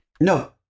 No